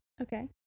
okay